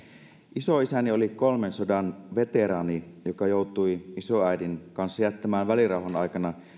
isoisäni oli kolmen sodan veteraani joka joutui isoäidin kanssa jättämään välirauhan aikana